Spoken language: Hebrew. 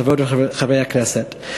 חברות וחברי הכנסת,